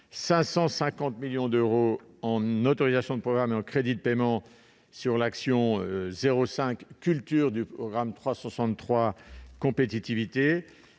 550 millions d'euros en autorisations d'engagement et en crédits de paiement pour l'action n° 05, Culture, du programme 363, « Compétitivité